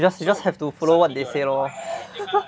you just you just have to follow what they say lor